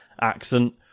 accent